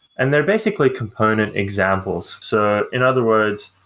and they're basically component examples. so in other words,